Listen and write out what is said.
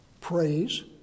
praise